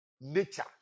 nature